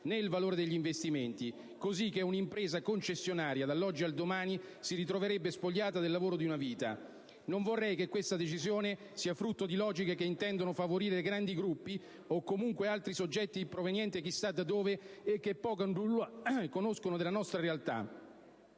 né il valore degli investimenti, così che un'impresa concessionaria dall'oggi al domani si ritroverebbe spogliata del lavoro di una vita. Non vorrei che questa decisione sia frutto di logiche che intendono favorire grandi gruppi o comunque altri soggetti provenienti chissà da dove e che poco o nulla conoscono della nostra realtà.